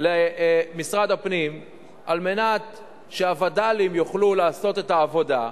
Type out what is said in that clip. למשרד הפנים על מנת שהווד"לים יוכלו לעשות את העבודה.